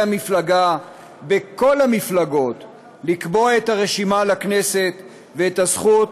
המפלגה בכל המפלגות לקבוע את הרשימה לכנסת ואת הזכות